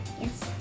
Yes